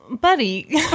buddy